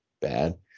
bad